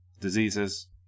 diseases